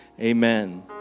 Amen